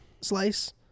slice